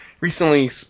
recently